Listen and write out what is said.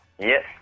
Yes